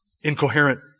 incoherent